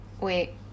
Wait